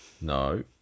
No